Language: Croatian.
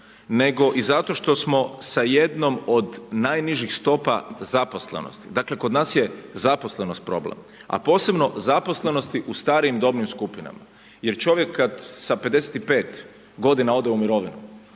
nego i zato što smo sa jednom od najnižih stopa zaposlenosti, dakle kod nas je zaposlenost problem, a posebno zaposlenosti u starijim dobnim skupinama jer čovjek kada sa 55 godina ode u mirovinu